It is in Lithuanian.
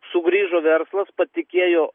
sugrįžo verslas patikėjo